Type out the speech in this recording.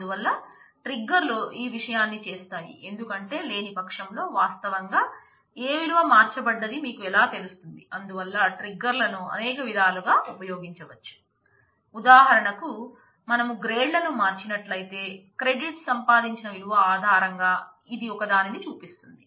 అందువల్ల మనం నల్లను అనేక విధాలుగా ఉపయోగించవచ్చు ఉదాహరణకు మనం గ్రేడ్ సంపాదించిన విలువ ఆధారంగా ఇది ఒక దానిని చూపిస్తుంది